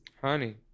honey